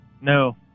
No